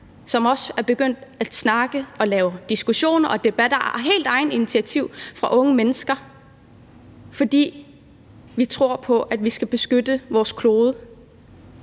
som er begyndt at snakke og skabe diskussioner og debatter på helt eget initiativ for unge mennesker, fordi de tror på, at vi skal beskytte vores klode.